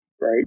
right